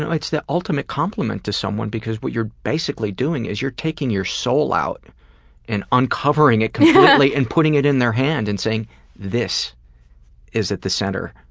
and it's the ultimate compliment to someone because what you're basically doing is you're taking your soul out and uncovering it completely and putting it in their hand and saying this is at the center,